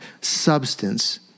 substance